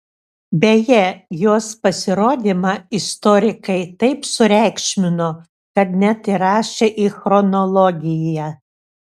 beje jos pasirodymą istorikai taip sureikšmino kad net įrašė į chronologiją